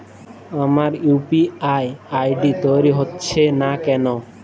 আমার UPI ID তৈরি হচ্ছে না কেনো?